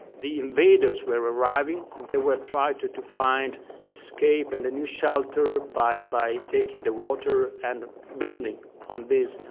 the invaders were arriving and they were tried to to find escape and a new shelter by by taking the water and building on this, and